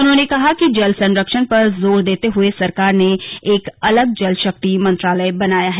उन्होंने कहा कि जल संरक्षण पर जोर देते हुए सरकार ने एक अलग जल शक्ति मंत्रालय बनाया है